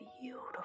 beautiful